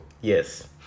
Yes